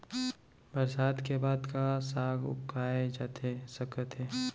बरसात के बाद का का साग उगाए जाथे सकत हे?